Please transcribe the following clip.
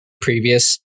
previous